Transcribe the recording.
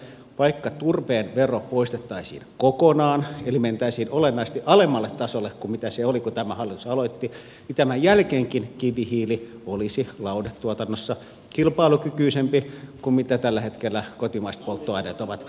vaikka turpeen vero poistettaisiin kokonaan eli mentäisiin olennaisesti alemmalle tasolle kuin millä se oli kun tämä hallitus aloitti niin tämän jälkeenkin kivihiili olisi lauhdetuotannossa kilpailukykyisempi kuin tällä hetkellä kotimaiset polttoaineet ovat